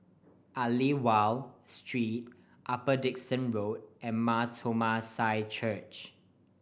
Aliwal Street Upper Dickson Road and Mar Thoma Syrian Church